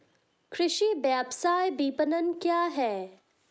कृषि व्यवसाय विपणन क्या है?